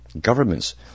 Governments